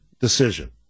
decision